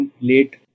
late